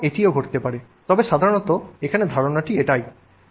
সুতরাং এটিও ঘটতে পারে তবে সাধারণত এখানে ধারণাটি এটিই